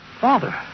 Father